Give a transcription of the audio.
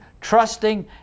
trusting